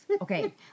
Okay